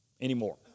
anymore